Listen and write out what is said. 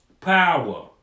power